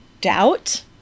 doubt